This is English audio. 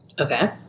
Okay